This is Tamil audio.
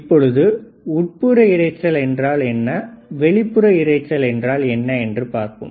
இப்பொழுது உட்புற இரைச்சல்என்றால் என்ன வெளிப்புற இரைச்சல் என்றால் என்ன என்று பார்ப்போம்